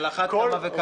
על אחת כמה וכמה.